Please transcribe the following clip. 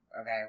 Okay